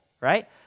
Right